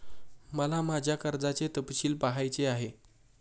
मला माझ्या कर्जाचे तपशील पहायचे आहेत